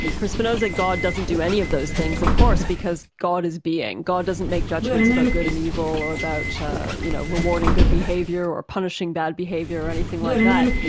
spinoza's god doesn't do any of those things of course, because god is being. god doesn't make judgments about good and evil or about you know rewarding good behaviour or punishing bad behaviour or anything like that.